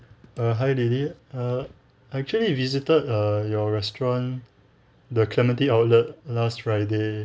err hi lily uh I actually visited uh your restaurant the clementi outlet last friday